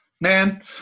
man